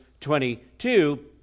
22